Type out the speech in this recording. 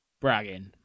bragging